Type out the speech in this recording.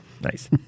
Nice